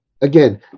again